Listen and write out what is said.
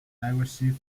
aggressive